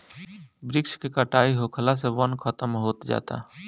वृक्ष के कटाई होखला से वन खतम होत जाता